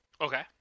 Okay